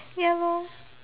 ya lor